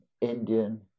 Indian